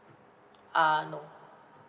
uh no